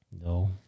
No